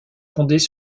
fondés